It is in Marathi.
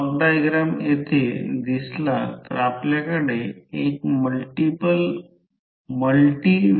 5 सेंटीमीटर आहे ही बाजू देखील 0